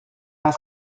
high